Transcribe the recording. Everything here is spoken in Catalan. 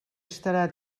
estarà